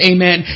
Amen